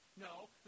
No